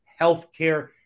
healthcare